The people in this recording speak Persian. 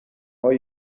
های